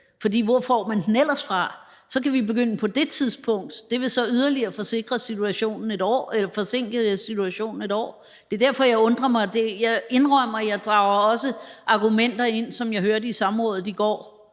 for hvor får man den ellers fra? Ellers kan vi begynde at få den på det tidspunkt, og det vil så yderligere forsinke det et år. Det er derfor, jeg undrer mig. Jeg indrømmer, at jeg også inddrager argumenter, som jeg hørte på samrådet i går,